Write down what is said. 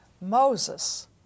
Moses